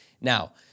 Now